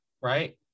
right